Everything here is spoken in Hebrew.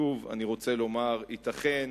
שוב אני רוצה לומר: ייתכן